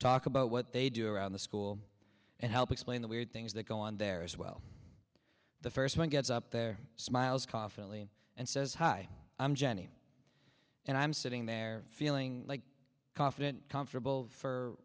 talk about what they do around the school and help explain the weird things that go on there as well the first one gets up their smiles confidently and says hi i'm jenny and i'm sitting there feeling like confident comfortable for